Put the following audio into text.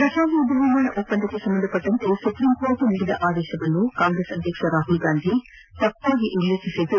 Rafale ಯುದ್ಧವಿಮಾನ ಒಪ್ಪಂದಕ್ಕೆ ಸಂಬಂಧಪಟ್ಟಂತೆ ಸುಪ್ರೀಂಕೋರ್ಟ್ ನೀಡಿದ ಆದೇಶವನ್ನು ಕಾಂಗ್ರೆಸ್ ಅಧ್ಯಕ್ಷ ರಾಹುಲ್ಗಾಂಧಿ ತಪ್ಪಾಗಿ ಉಲ್ಲೇಖಿಸಿದ್ದು